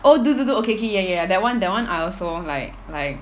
oh dude dude dude okay okay ya ya ya that one that one I also like like